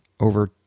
over